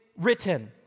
written